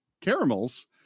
caramels